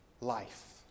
life